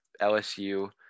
LSU